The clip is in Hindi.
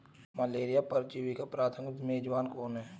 मलेरिया परजीवी का प्राथमिक मेजबान कौन है?